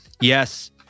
Yes